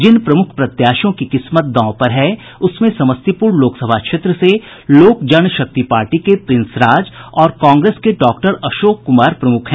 जिन प्रमुख प्रत्याशियों की किस्मत दांव पर हैं उसमें समस्तीपुर लोकसभा क्षेत्र से लोक जन शक्ति पार्टी के प्रिंस राज और कांग्रेस के डॉक्टर अशोक कुमार प्रमुख है